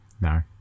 no